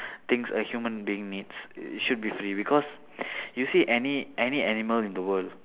things a human being needs should be free because you see any any animal in the world